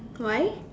why